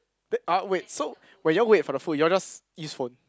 then ah wait so when you all wait for the food you all just use phone